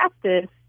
practice